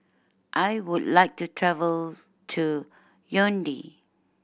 I would like to travel to Yaounde